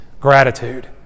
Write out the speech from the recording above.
gratitude